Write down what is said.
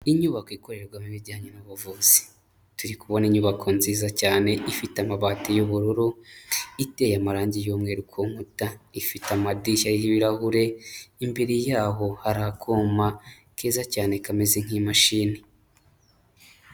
Inyubako ikorerwamo ibijyanye n'ubuvuzi, turi kubona inyubako nziza cyane ifite amabati y'ubururu, iteye amarangi y'umweru ku nkuta, ifite amadirishya y'ibirahure, imbere yaho hari akuma keza cyane kameze nk'imashini.